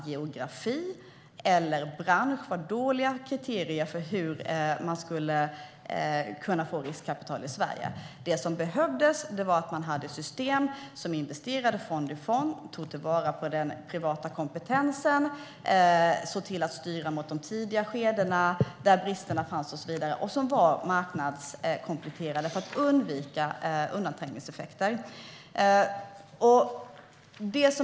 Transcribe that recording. Geografi och bransch ansågs vara dåliga kriterier för hur man skulle kunna få riskkapital i Sverige. Det som behövdes var system som investerade i fond-i-fond, tog till vara den privata kompetensen, såg till att styra mot de tidiga skedena där bristerna fanns och var marknadskompletterande för att undvika undanträngningseffekter.